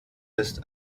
ist